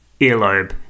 earlobe